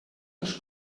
els